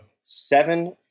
seven